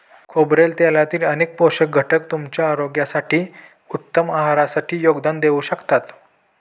खोबरेल तेलातील अनेक पोषक घटक तुमच्या आरोग्यासाठी, उत्तम आहारासाठी योगदान देऊ शकतात